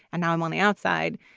and now i'm on the outside.